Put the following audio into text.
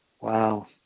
Wow